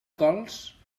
cols